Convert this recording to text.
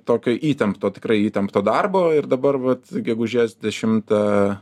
tokio įtempto tikrai įtempto darbo ir dabar vat gegužės dešimtą